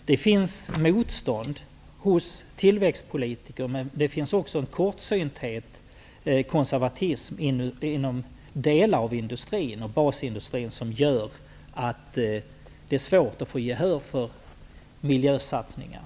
Det finns motstånd hos tillväxtpolitiker, men det finns också en kortsynthet och konservatism inom delar av basindustrin som gör att det är svårt att få gehör för miljösatsningar.